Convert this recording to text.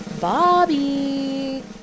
bobby